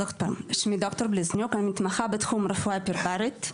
אני מתמחה בתחום רפואה היפרברית.